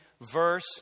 verse